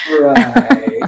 right